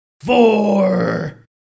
four